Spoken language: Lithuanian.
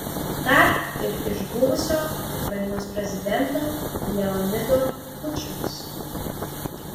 dar ir iš buvusio ukrainos prezidento leonido kučmos